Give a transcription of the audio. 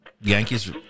Yankees